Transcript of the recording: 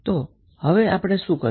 તો હવે આપણે શું કરીશું